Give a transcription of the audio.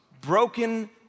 broken